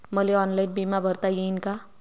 मले ऑनलाईन बिमा भरता येईन का?